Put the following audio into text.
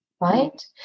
right